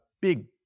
big